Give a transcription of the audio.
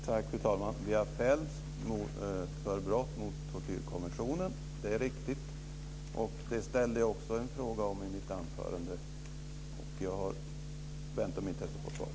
Fru talman! Det är riktigt att vi har fällts för brott mot tortyrkonventionen. Jag ställde i mitt anförande en fråga också om detta, och jag väntar med intresse på ett svar.